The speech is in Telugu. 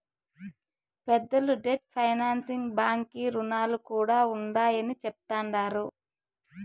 పెద్దలు డెట్ ఫైనాన్సింగ్ బాంకీ రుణాలు కూడా ఉండాయని చెప్తండారు